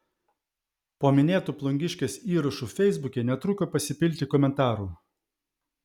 po minėtu plungiškės įrašu feisbuke netruko pasipilti komentarų